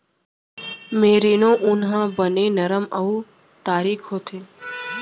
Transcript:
merino ऊन ह बने नरम अउ तारीक होथे